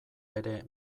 ere